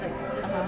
(uh huh)